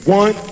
one